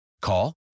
Call